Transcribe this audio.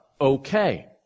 okay